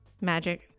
Magic